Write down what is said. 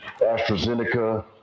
AstraZeneca